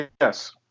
Yes